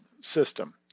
system